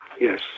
Yes